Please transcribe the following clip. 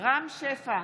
רם שפע,